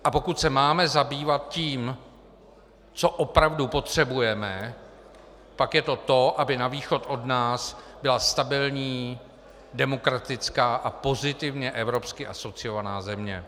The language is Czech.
A pokud se máme zabývat tím, co opravdu potřebujeme, pak je to to, aby na východ od nás byla stabilní, demokratická a pozitivně evropsky asociovaná země.